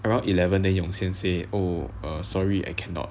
around eleven then yong xian say oh err sorry I cannot